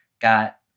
got